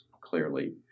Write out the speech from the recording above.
clearly